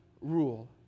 rule